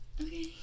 Okay